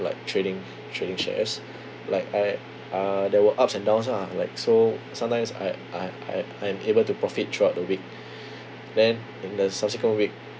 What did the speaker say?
like trading trading shares like I uh there were ups and downs ah like so sometimes I I I I'm able to profit throughout the week then in the subsequent week